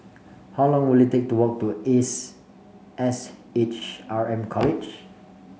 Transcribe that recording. how long will it take to walk to Ace S H R M College